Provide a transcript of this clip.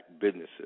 businesses